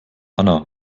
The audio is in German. anna